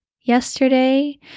yesterday